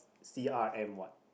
c_r_m what